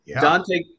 Dante